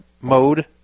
mode